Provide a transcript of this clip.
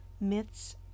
myths